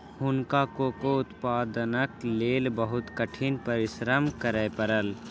हुनका कोको उत्पादनक लेल बहुत कठिन परिश्रम करय पड़ल